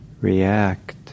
react